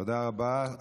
תודה רבה.